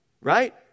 right